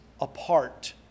apart